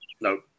No